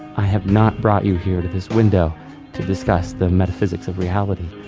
i have not brought you here to this window to discuss the metaphysics of reality.